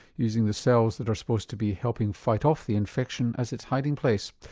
using the cells that are supposed to be helping fight off the infection as its hiding place.